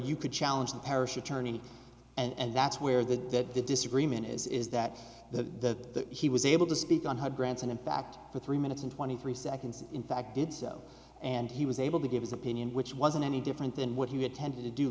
you could challenge the parish attorney and that's where the that the disagreement is is that that he was able to speak on her grandson in fact for three minutes and twenty three seconds in fact did so and he was able to give his opinion which wasn't any different than what he would tend to do